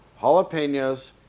jalapenos